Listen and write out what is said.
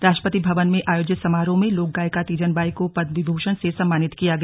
राष्ट्रपति भवन में आयोजित समारोह में लोकगायिका तीजन बाई को पद्म विभूषण से सम्मानित किया गया